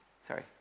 Sorry